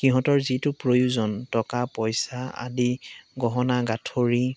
সিহঁতৰ যিটো প্ৰয়োজন টকা পইচা আদি গহনা গাঁঠৰি